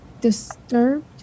Disturbed